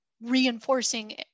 reinforcing